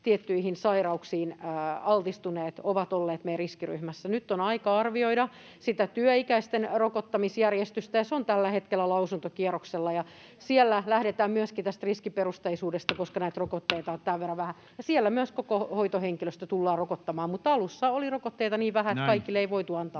tiettyihin sairauksiin altistuneet ovat olleet meidän riskiryhmässä. Nyt on aika arvioida työikäisten rokottamisjärjestystä, ja se on tällä hetkellä lausuntokierroksella. Siellä lähdetään myöskin tästä riskiperusteisuudesta, koska näitä rokotteita on sen verran vähän, ja siellä myös koko hoitohenkilöstö tullaan rokottamaan. Mutta alussa oli rokotteita niin vähän, että kaikille ei voitu antaa